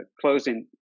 closing